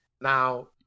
now